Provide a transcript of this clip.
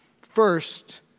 First